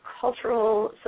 cultural